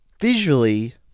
visually